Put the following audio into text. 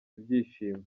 ibyishimo